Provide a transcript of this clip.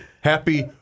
Happy